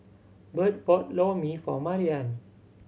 Bert bought Lor Mee for Marian